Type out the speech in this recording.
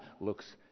looks